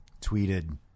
tweeted